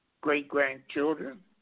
Great-grandchildren